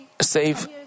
save